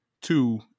two